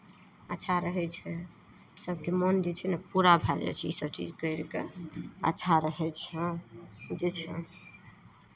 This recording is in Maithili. अच्छा रहै छै सभके मोन जे छै ने पूरा भए जाइ छै इसभ चीज करि कऽ अच्छा रहै छऽ जे छियँ